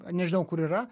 nežinau kur yra